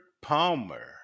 Palmer